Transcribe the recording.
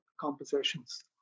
compositions